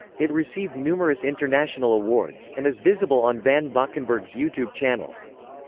it received numerous international awards, and is visible on van valkenburg's youtube channel.